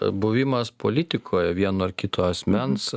buvimas politikoj vieno ar kito asmens